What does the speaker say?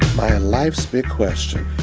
my ah life's big question.